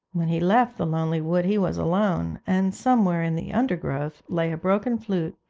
when he left the lonely wood he was alone, and somewhere in the undergrowth lay a broken flute,